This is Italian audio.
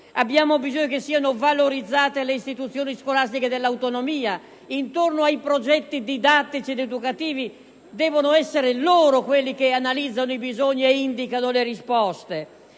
abbiamo bisogno che siano valorizzate le istituzioni scolastiche dell'autonomia intorno ai progetti didattici ed educativi, perché devono essere loro coloro che analizzano i bisogni ed indicano le risposte.